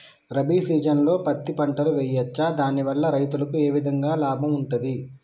రబీ సీజన్లో పత్తి పంటలు వేయచ్చా దాని వల్ల రైతులకు ఏ విధంగా లాభం ఉంటది?